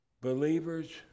believers